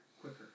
quicker